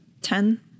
Ten